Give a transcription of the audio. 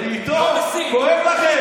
אתה מבין?